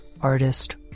artist